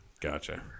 Gotcha